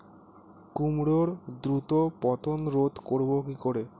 কুমড়োর দ্রুত পতন রোধ করব কি করে?